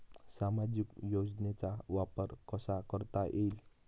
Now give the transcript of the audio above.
सामाजिक योजनेचा वापर कसा करता येईल?